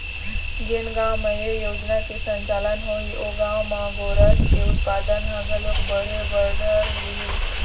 जेन गाँव म ए योजना के संचालन होही ओ गाँव म गोरस के उत्पादन ह घलोक बढ़े बर धर लिही